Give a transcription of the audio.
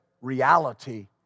reality